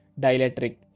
dielectric